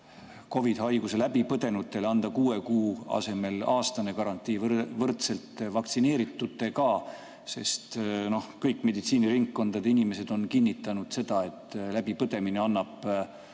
COVID‑haiguse läbipõdenutele anda kuue kuu asemel aastane garantii võrdselt vaktsineeritutega. Kõik meditsiiniringkondade inimesed on kinnitanud, et läbipõdemine annab